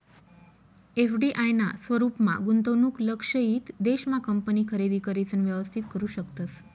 FDI ना स्वरूपमा गुंतवणूक लक्षयित देश मा कंपनी खरेदी करिसन व्यवस्थित करू शकतस